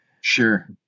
Sure